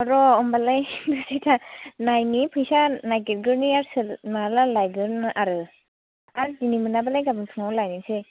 र' होनबालाय नायनि फैसा नागिरग्रोनि सोर माला लायगोन आरो आर दिनै मोनाबालाय गाबोन फुङावनो लायसै